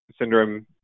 syndrome